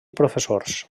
professors